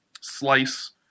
slice